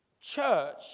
church